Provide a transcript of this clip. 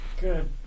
good